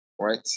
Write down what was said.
right